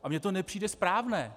A mně to nepřijde správné.